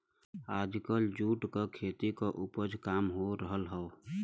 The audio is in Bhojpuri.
आजकल जूट क खेती क उपज काम हो रहल हौ